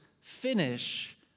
finish